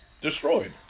destroyed